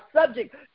subject